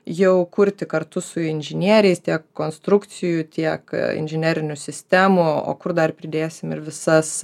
jau kurti kartu su inžinieriais tiek konstrukcijų tiek inžinerinių sistemų o kur dar pridėsim ir visas